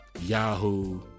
Yahoo